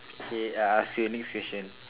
okay I ask you next question